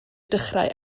dechrau